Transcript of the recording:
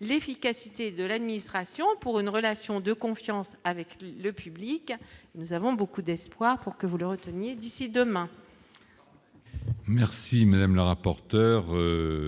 l'efficacité de l'administration pour une relation de confiance avec le public, nous avons beaucoup d'espoir pour que vous le retenir d'ici demain. Merci madame la rapporteure